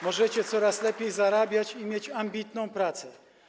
Możecie coraz lepiej zarabiać i mieć ambitną pracę.